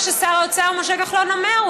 מה ששר האוצר משה כחלון אומר,